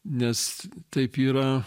nes taip yra